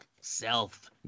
Self